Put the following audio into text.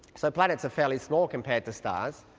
so planets are fairly small compared to stars,